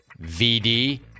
VD